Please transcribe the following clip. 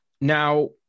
Now